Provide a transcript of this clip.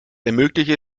ermöglicht